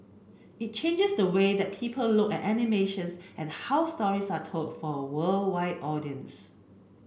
it changes the way that people look at animations and how stories are told for a worldwide audience